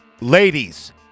Ladies